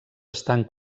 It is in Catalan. estan